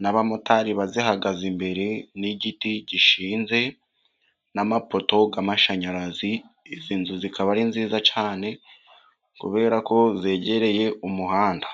n'abamotari bazihagaze imbere, n'igiti gishinze, n'amapoto y'amashanyarazi, izi nzu zikaba ari nziza cyane kubera ko zegereye umuhanda.